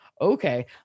okay